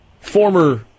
former